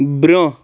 برٛونٛہہ